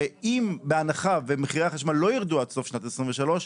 אם בהנחה ומחירי החשמל לא יירדו עד סוף שנת 2023,